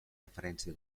referència